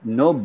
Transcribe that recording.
no